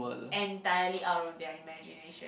entirely out of their imagination